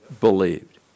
believed